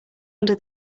under